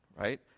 Right